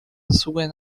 zasługuje